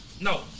No